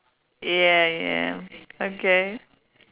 yeah yeah okay